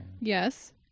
Yes